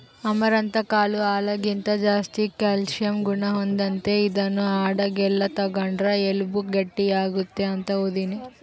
amaranth ಕಾಳು ಹಾಲಿಗಿಂತ ಜಾಸ್ತಿ ಕ್ಯಾಲ್ಸಿಯಂ ಗುಣ ಹೊಂದೆತೆ, ಇದನ್ನು ಆದಾಗೆಲ್ಲ ತಗಂಡ್ರ ಎಲುಬು ಗಟ್ಟಿಯಾಗ್ತತೆ ಅಂತ ಓದೀನಿ